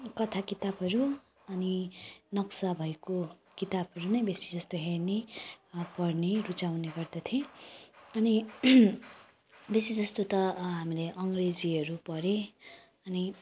कथा किताबहरू अनि नक्सा भएको किताबहरू नै बेसी जस्तो हेर्ने पढ्ने रुचाउने गर्दथेँ अनि बेसी जस्तो त अँ हामीले अङ्ग्रेजीहरू पढेँ अनि